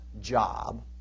job